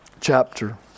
chapter